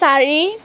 চাৰি